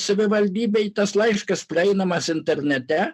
savivaldybei tas laiškas prieinamas internete